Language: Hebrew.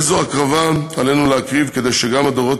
איזו הקרבה עלינו להקריב כדי שגם הדורות